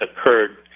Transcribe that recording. occurred